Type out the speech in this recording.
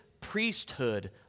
priesthood